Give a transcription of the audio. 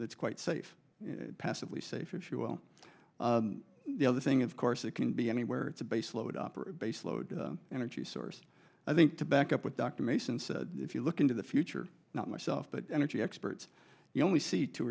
it's quite safe passively safe if she well the other thing of course it can be anywhere it's a base load up or base load energy source i think to back up with dr mason said if you look into the future not myself but energy experts you only see two